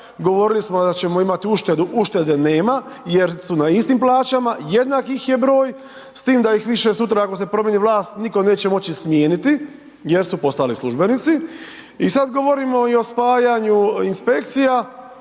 Govorili smo da ćemo imati uštedu, uštede nema, jer su na istim plaćama, jednaki ih je broj, s tim da ih više sutra, ako se promijeni vlast, nitko neće moći smijeniti, jer su postali službenici. I sada govorimo i o spajanju inspekcija,